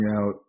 out